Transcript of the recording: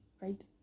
right